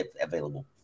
available